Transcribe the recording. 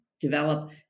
develop